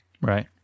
Right